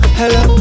hello